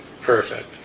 perfect